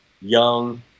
young